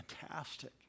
fantastic